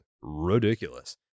ridiculous